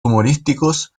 humorísticos